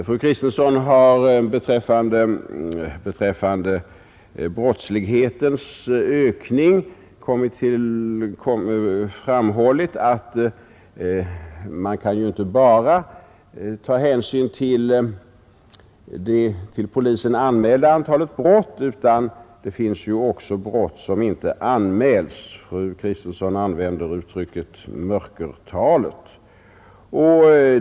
Fru Kristensson har beträffande brottslighetens ökning framhållit att man ju inte bara kan ta hänsyn till det antal brott Nr 71 som anmäls till polisen, utan det finns också brott som inte anmäls — fru Kristensson använde uttrycket mörkertalet.